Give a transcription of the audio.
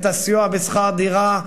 את הסיוע בשכר דירה.